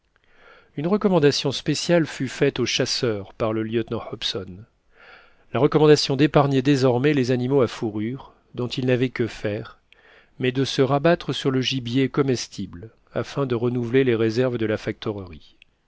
une recommandation spéciale fut faite aux chasseurs par le lieutenant hobson la recommandation d'épargner désormais les animaux à fourrures dont il n'avait que faire mais de se rabattre sur le gibier comestible afin de renouveler les réserves de la